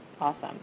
Awesome